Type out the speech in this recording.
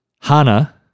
Hana